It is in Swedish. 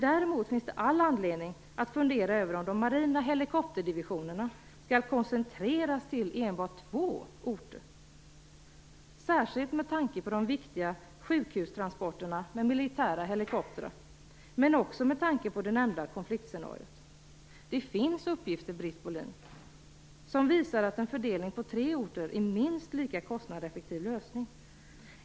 Däremot finns det all anledning att fundera över om de marina helikopterdivisionerna skall koncentreras till enbart två orter, särskilt med tanke på de viktiga sjuktransporterna med militära helikoptrar men också med tanke på det nämnda konfliktscenariot. Det finns uppgifter, Britt Bohlin, som visar att en fördelning på tre orter är en minst lika kostnadseffektiv lösning.